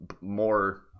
more